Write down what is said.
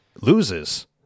loses